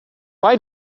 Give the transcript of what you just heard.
why